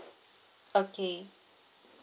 okay